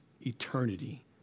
eternity